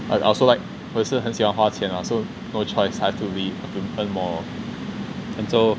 and I also like 我也是很喜欢花钱 ah so no choice I have to be I have to earn more and so